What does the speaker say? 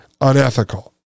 unethical